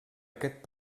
aquest